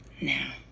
now